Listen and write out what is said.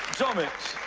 dommett,